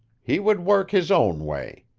he would work his own way.